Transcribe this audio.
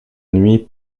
nuit